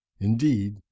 indeed